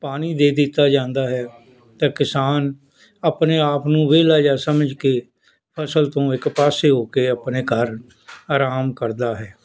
ਪਾਣੀ ਦੇ ਦਿੱਤਾ ਜਾਂਦਾ ਹੈ ਤਾਂ ਕਿਸਾਨ ਆਪਣੇ ਆਪ ਨੂੰ ਵਿਹਲਾ ਜਿਹਾ ਸਮਝ ਕੇ ਫਸਲ ਤੋਂ ਇੱਕ ਪਾਸੇ ਹੋ ਕੇ ਆਪਣੇ ਘਰ ਆਰਾਮ ਕਰਦਾ ਹੈ